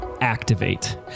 Activate